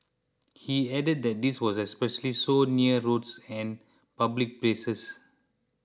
he added that this was especially so near roads and public places